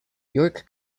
york